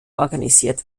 organisiert